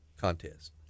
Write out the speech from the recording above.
contest